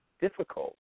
difficult